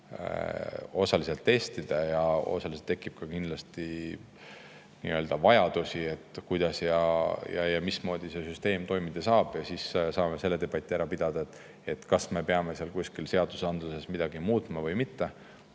osaliselt testida ja kindlasti tekib ka vajadusi, kuidas ja mismoodi see süsteem toimida saab. Siis me saame selle debati ära pidada, kas me peame kuskil seadusandluses midagi muutma või mitte.